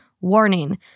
Warning